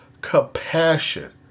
compassion